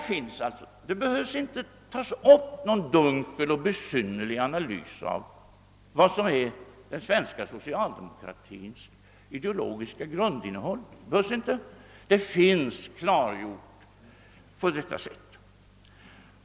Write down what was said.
Man behöver alltså inte göra någon dunkel och besynnerlig analys av vad som är den svenska socialdemokratins ideologiska grundinnehåll. Det finns. alltså klargjort.